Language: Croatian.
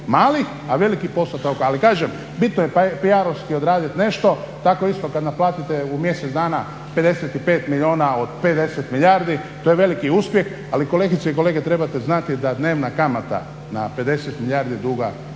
malih, a veliki postotak velikih. Ali kažem, bitno je PR-ovski odraditi nešto. Tako isto kad naplatite u mjesec dana 55 milijuna od 50 milijardi to je veliki uspjeh. Ali kolegice i kolege trebate znati da dnevna kamata na 50 milijardi duga